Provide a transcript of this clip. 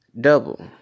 double